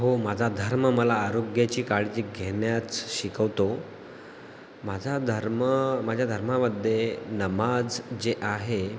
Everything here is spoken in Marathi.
हो माझा धर्म मला आरोग्याची काळजी घेण्याच शिकवतो माझा धर्म माझ्या धर्मामध्ये नमाज जे आहे